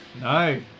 No